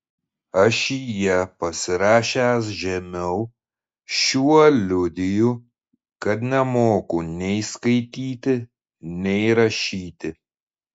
ašyje pasirašęs žemiau šiuo liudiju kad nemoku nei skaityti nei rašyti